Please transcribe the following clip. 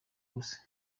gusa